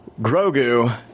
Grogu